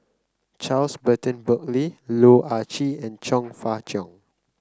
Charles Burton Buckley Loh Ah Chee and Chong Fah Cheong